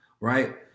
right